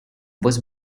was